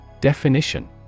Definition